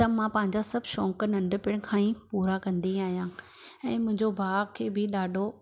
त मां पंहिंजा सभु शौक़ु नंढपण खां ई पूरा कंदी आहियां ऐं मुंहिंजो भाउ खे बि ॾाढो